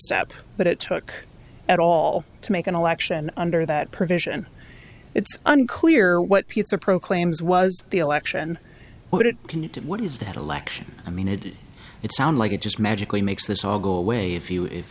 step but it took at all to make an election under that provision it's unclear what pizza proclaims was the election what it can do what is that election i mean it it sounds like it just magically makes this all go away if you if